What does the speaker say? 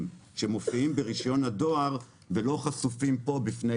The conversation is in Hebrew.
שמופיעים ברישיון הדואר ולא חשופים כאן בפני